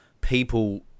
people